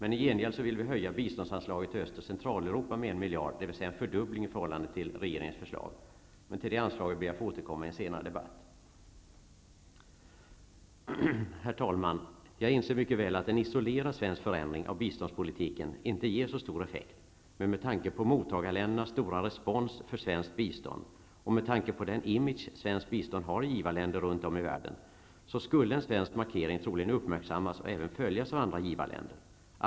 I gengäld vill vi höja biståndsanslaget till Öst och Centraleuropa med 1 miljard, dvs. en fördubbling i förhållande till regeringens förslag. Jag ber att få återkomma till det anslaget i en senare debatt. Herr talman! Jag inser mycket väl att en isolerad svensk förändring av biståndspolitiken inte ger så stor effekt, men med tanke på mottagarländernas stora respons för svenskt bistånd och med tanke på den image svenskt bistånd har i givarländer runtom i världen skulle en svensk markering troligen uppmärksammas och även följas av andra givarländer.